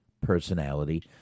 personality